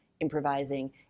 improvising